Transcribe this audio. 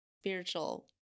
spiritual